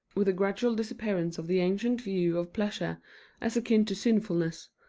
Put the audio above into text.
with the gradual disappearance of the ancient view of pleasure as akin to sinfulness,